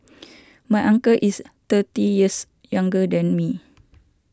my uncle is thirty years younger than me